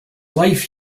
life